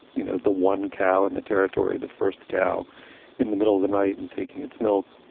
you know, the one cow and the territory, the first cow in the middle of the night and taking its milk.